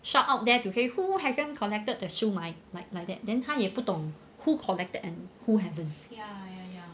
shout out there to say who hasn't collected the siew mai like like that then 他也不懂 who collected and who haven't